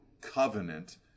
covenant